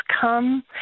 come